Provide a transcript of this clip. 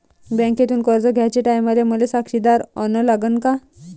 बँकेतून कर्ज घ्याचे टायमाले मले साक्षीदार अन लागन का?